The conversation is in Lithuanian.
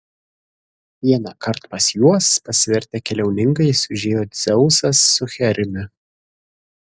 vienąkart pas juos pasivertę keliauninkais užėjo dzeusas su hermiu